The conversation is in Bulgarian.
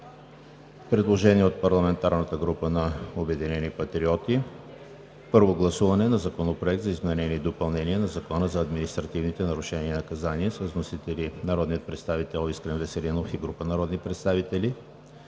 събрание от парламентарната група на „Обединени патриоти“: Първо гласуване на Законопроекта за изменение и допълнение на Закона за административните нарушения и наказания. Вносители: Искрен Веселинов и група народни представители